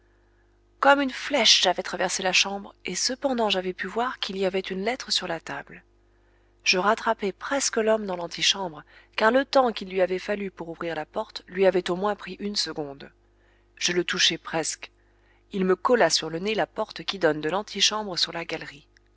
comme une flèche j'avais traversé la chambre et cependant j'avais pu voir qu il y avait une lettre sur la table je rattrapai presque l'homme dans l'antichambre car le temps qu'il lui avait fallu pour ouvrir la porte lui avait au moins pris une seconde je le touchai presque il me colla sur le nez la porte qui donne de l'antichambre sur la galerie